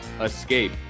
escape